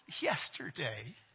yesterday